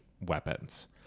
weapons